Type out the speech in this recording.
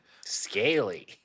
Scaly